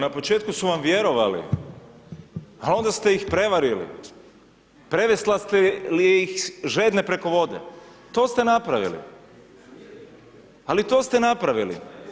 Pa na početku su vam vjerovali, a onda ste ih prevarili, preveslali ste ih žedne preko vode, to ste napravili, ali to ste napravili.